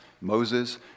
Moses